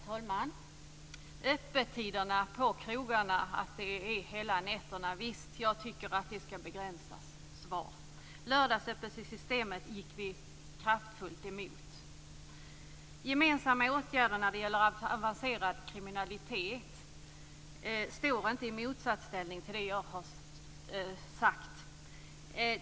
Herr talman! När det gäller öppettider på krogarna hela nätterna är mitt svar att jag tycker att de ska begränsas. Vi gick kraftfullt emot lördagsöppet på Gemensamma åtgärder när det gäller avancerad kriminalitet står inte i motsatsställning till det jag har sagt.